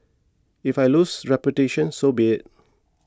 if I lose reputation so be it